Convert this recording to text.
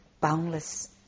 boundless